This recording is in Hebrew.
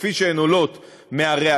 "כפי שהן עולות מהראיות,